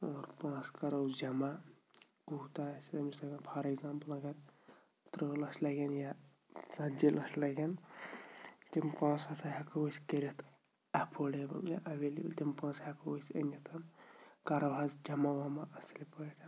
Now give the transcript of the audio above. پونٛسہٕ کَرَو جمع کوٗتاہ آسہِ أمِس لگان فار اٮ۪گزامپٕل اگر تٕرٛہ لَچھ لَگن یا ژَتجی لَچھ لَگن تِم پونٛسہٕ ہَسا ہٮ۪کو أسۍ کٔرِتھ اٮ۪فٲڈیبٕل یا ایٚولیبٕل تِم پونٛسہٕ ہٮ۪کہو أسۍ أنِتھ کَرو حظ جمع ومع اَصٕل پٲٹھۍ